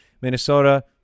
Minnesota